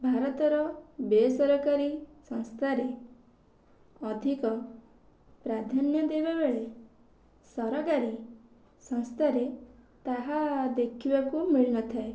ଭାରତର ବେସରକାରୀ ସଂସ୍ଥାରେ ଅଧିକ ପ୍ରାଧାନ୍ୟ ଦେଲାବେଳେ ସରକାରୀ ସଂସ୍ଥାରେ ତାହା ଦେଖିବାକୁ ମିଳୁନଥାଏ